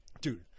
dude